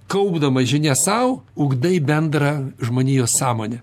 kaupdamas žinias sau ugdai bendrą žmonijos sąmonę